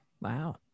wow